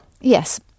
Yes